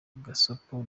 gasopo